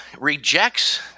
rejects